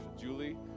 Julie